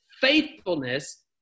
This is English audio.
faithfulness